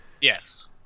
Yes